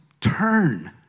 turn